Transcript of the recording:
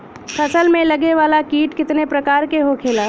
फसल में लगे वाला कीट कितने प्रकार के होखेला?